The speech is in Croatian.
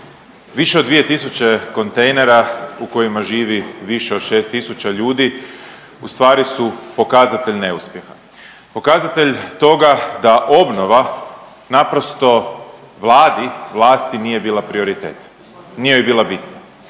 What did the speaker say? Više od 2 tisuće kontejnera u kojima živi više od 6 tisuća ljudi ustvari su pokazatelj neuspjeha. Pokazatelj toga da obnova naprosto Vladi, vlasti nije bila prioritet. Nije joj bila bitna.